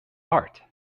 art